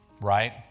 right